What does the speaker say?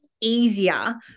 easier